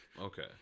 Okay